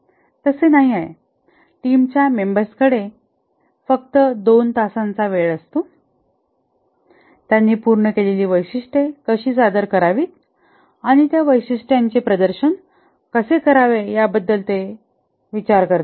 तसे नाही आहे टीमच्या मेंबर्सकडे फक्त 2 तासांचा वेळ असतो त्यांनी पूर्ण केलेली वैशिष्ट्ये कशी सादर करावीत आणि त्या वैशिष्ट्यांचे प्रदर्शन कसे करावे याबद्दल ते विचार करतात